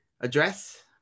address